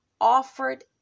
Offered